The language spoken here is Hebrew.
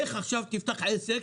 לך עכשיו תפתח עסק,